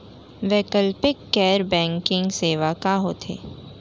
वैकल्पिक गैर बैंकिंग सेवा का होथे?